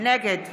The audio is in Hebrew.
נגד נגד.